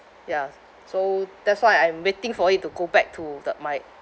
ya so that's why I'm waiting for it to go back to the my